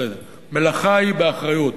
מלאכה היא באחריות.